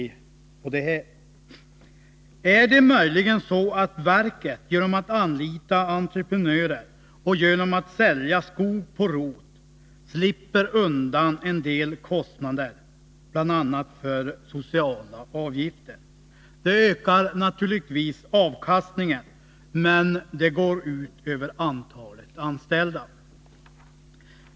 Är det möjligen så att verket genom att anlita entreprenörer och genom att sälja skog på rot slipper undan en del kostnader bl.a. för sociala avgifter? Det ökar naturligtvis avkastningen, men det går ut över antalet anställda.